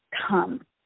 come